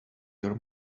your